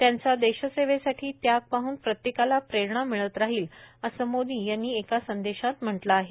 त्यांचा देशसेवेसाठी त्याग पाहन प्रत्येकाला प्रेरणा मिळंत राहील असं मोदी यांनी एका संदेशात म्हटलं आहे